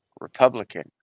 Republican